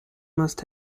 must